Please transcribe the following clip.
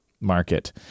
market